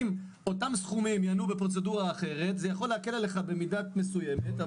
אם אותם סכומים ינועו בפרוצדורה אחרת זה יכול להקל עליך במידה מסוימת,